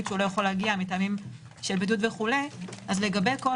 שהוא לא יכול להגיע מטעמים של בידוד וכו' אז לגבי כל